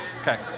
Okay